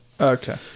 Okay